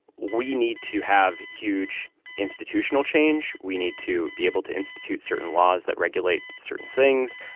we need to have huge institutional change. we need to be able to institute certain laws that regulate certain things.